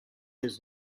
his